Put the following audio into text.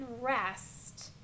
rest